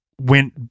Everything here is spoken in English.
went